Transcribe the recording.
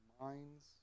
minds